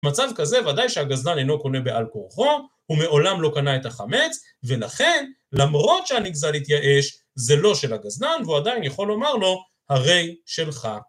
מצב כזה ודאי שהגזלן אינו קונה באל כורחו, הוא מעולם לא קנה את החמץ, ולכן, למרות שהנגזל התייאש, זה לא של הגזלן, והוא עדיין יכול לומר לו הרי שלך